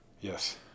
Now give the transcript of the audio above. yes